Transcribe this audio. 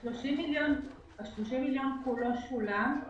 ה-30 מיליון כולו שולם,